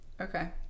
Okay